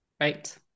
Right